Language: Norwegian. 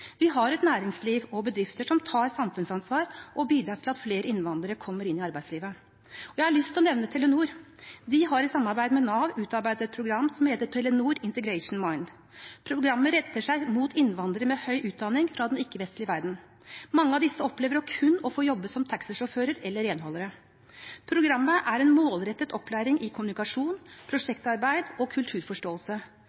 Vi har et næringsliv og bedrifter som tar samfunnsansvar og bidrar til at flere innvandrere kommer inn i arbeidslivet. Jeg har lyst til å nevne Telenor. De har i samarbeid med Nav utarbeidet et program som heter Telenor Open Mind Integration. Programmet retter seg mot innvandrere med høy utdanning fra den ikke-vestlige verden. Mange av disse opplever kun å få jobbe som taxisjåfører eller renholdere. Programmet er en målrettet opplæring i kommunikasjon,